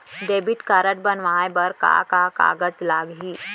Debit card बनवाये बर का का कागज लागही?